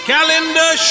Calendar